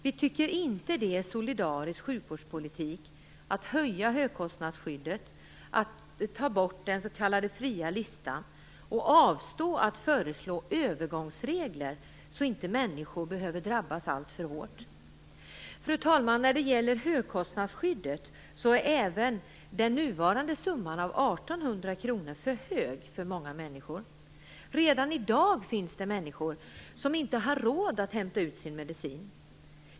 Vi tycker inte att det är solidarisk sjukvårdspolitik att höja högkostnadsskyddet, att ta bort den s.k. fria listan och att avstå från att föreslå övergångsregler så att människor inte behöver drabbas alltför hårt. Fru talman! När det gäller högkostnadsskyddet är även den nuvarande summan på 1 800 kr för hög för många människor. Redan i dag finns det människor som inte har råd att hämta ut sin medicin.